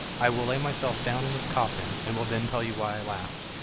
i will lay myself down in this coffin, and will then tell you why i laughed,